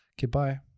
Goodbye